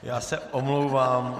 Já se omlouvám.